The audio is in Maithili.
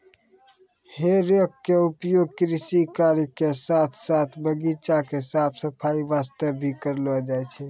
हे रेक के उपयोग कृषि कार्य के साथॅ साथॅ बगीचा के साफ सफाई वास्तॅ भी करलो जाय छै